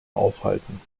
aufhalten